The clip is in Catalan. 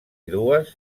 dues